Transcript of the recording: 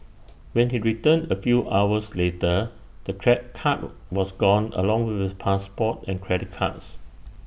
when he returned A few hours later the crack car was gone along with his passport and credit cards